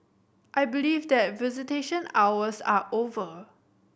I believe that visitation hours are over